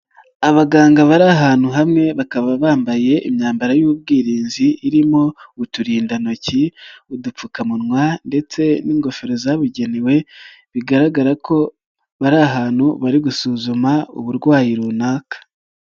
Abaganga bari ahantu hamwe bakaba bambaye imyambaro y'ubwirinzi irimo uturindantoki, udupfukamunwa ndetse n'ingofero zabugenewe, bigaragara ko bari ahantu bari gusuzuma uburwayi runaka.